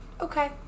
okay